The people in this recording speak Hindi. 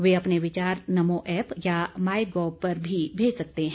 वे अपने विचार नमो ऐप्प या माईगोव पर भी भेज सकते हैं